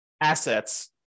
assets